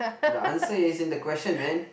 the answer is in the question man